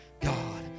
God